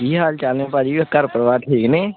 ਕੀ ਹਾਲ ਚਾਲ ਨੇ ਭਾਅ ਜੀ ਹੋਰ ਘਰ ਪਰਿਵਾਰ ਠੀਕ ਨੇ